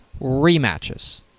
rematches